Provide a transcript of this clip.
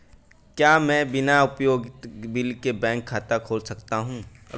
क्या मैं बिना उपयोगिता बिल के बैंक खाता खोल सकता हूँ?